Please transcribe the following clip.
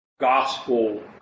Gospel